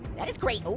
that is cray, no!